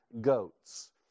goats